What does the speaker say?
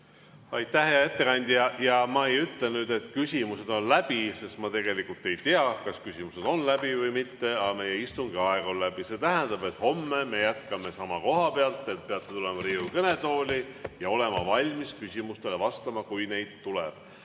Aitäh, hea ettekandja! Ma ei ütle nüüd, et küsimused on läbi, sest ma tegelikult ei tea, kas küsimused on läbi või mitte. Aga meie istungi aeg on läbi, mis tähendab, et homme me jätkame sama koha pealt – peate tulema Riigikogu kõnetooli ja olema valmis küsimustele vastama, kui neid tuleb.